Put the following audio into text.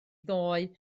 ddoe